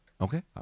Okay